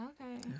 okay